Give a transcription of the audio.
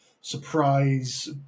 surprise